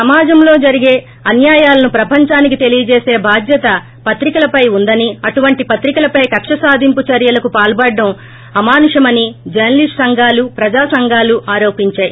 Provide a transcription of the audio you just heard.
సమాజంలో జరిగే అన్యాయాలను ప్రపంచానికి తెలియచేసి బాధ్యత పత్రికలపై ఉందని అటువంటి పత్రికలపై కక సాధింపు చర్యలకు పాల్సడ్డం అమానుషమని జర్ప లిష్ష సంఘాలు ప్రజా సంఘాలు ఆరోపించాయి